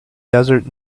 desert